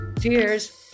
Cheers